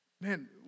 man